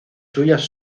suyas